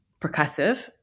percussive